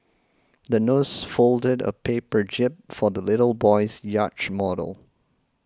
the nurse folded a paper jib for the little boy's yacht model